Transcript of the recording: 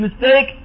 mistake